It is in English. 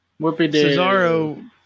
Cesaro